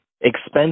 expense